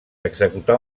executar